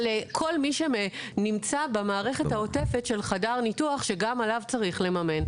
ועל כל מי שנמצא במערכת העוטפת של חדר הניתוח שגם אותו צריך לממן.